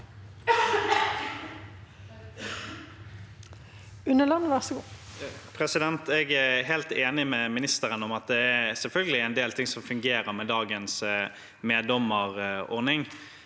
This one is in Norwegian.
Jeg er helt enig med ministeren i at det selvfølgelig er en del ting som fungerer med dagens meddommerordning,